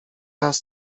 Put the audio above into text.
raz